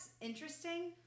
interesting